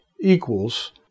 equals